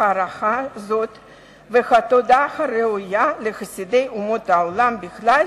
ההערכה הזאת ואת התודה הראויה לחסידי אומות העולם בכלל